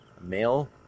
male